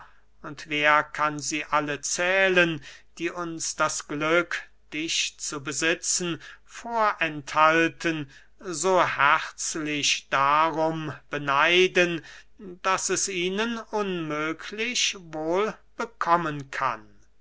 und wer kann sie alle zählen die uns das glück dich zu besitzen vorenthalten so herzlich darum beneiden daß es ihnen unmöglich wohl bekommen kann